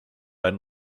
einen